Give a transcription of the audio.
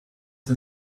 den